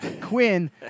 Quinn